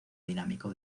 dinámico